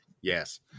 Yes